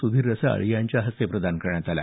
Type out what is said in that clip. सुधीर रसाळ यांच्या हस्ते प्रदान करण्यात आला